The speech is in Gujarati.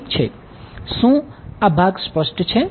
શું આ ભાગ સ્પષ્ટ છે